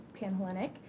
Panhellenic